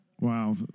Wow